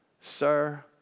Sir